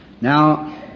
Now